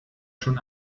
schon